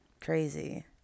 crazy